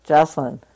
Jocelyn